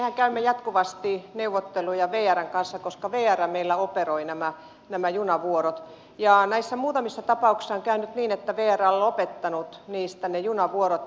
mehän käymme jatkuvasti neuvotteluja vrn kanssa koska vr meillä operoi nämä junavuorot ja näissä muutamissa tapauksissa on käynyt niin että vr on lopettanut ne junavuorot